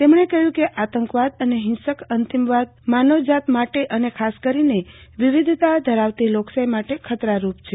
તેમણે કહ્યું કે આતંકવાદ અને હિંસક અંતિમવાદ માનવજાત માટે અને ખાસ કરીને વિવિધતા ધરાવતી લોકશાહી માટે ખતરારૂપ છે